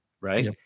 Right